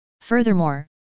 Furthermore